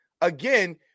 again